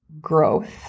growth